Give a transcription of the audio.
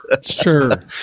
sure